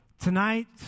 Tonight